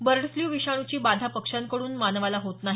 bird flu विषाणूची बाधा पक्ष्यांकडून मानवाला होत नाही